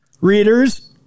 readers